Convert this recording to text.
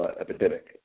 epidemic